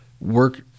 work